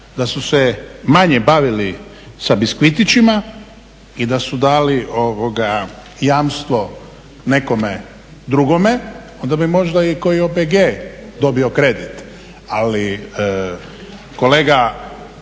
Da su se manje bavili sa biskvitićima i da su dali jamstvo nekome drugome onda bi možda i koji OPG dobio kredit. Ali kolega